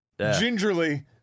gingerly